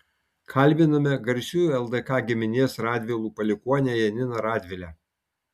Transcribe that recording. kalbiname garsiųjų ldk giminės radvilų palikuonę janiną radvilę